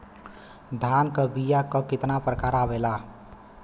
धान क बीया क कितना प्रकार आवेला?